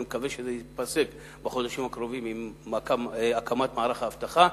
ואני מקווה שזה ייפסק בחודשים הקרובים עם הקמת מערך האבטחה,